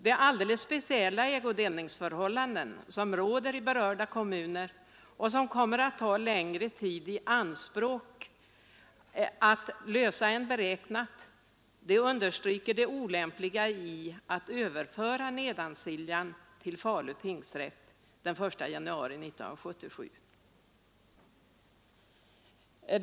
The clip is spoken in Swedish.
De alldeles speciella ägodelningsförhållanden som råder inom berörda kommuner, och som kommer att ta längre tid i anspråk att lösa än beräknat, understryker också olämpligheten i att överföra Nedansiljan till Falu tingsrätt den 1 januari 1977.